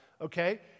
okay